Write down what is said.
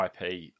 IP